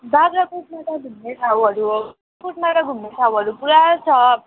बाख्राकोटमा त घुम्ने ठाउँहरू बाख्राकोटमा घुम्ने ठाउँहरू पुरा छ